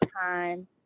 time